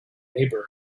maybury